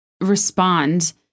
respond